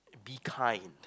be kind